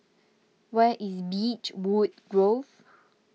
where is Beechwood Grove